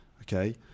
Okay